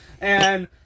And-